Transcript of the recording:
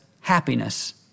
happiness